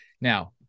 Now